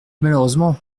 malheureusement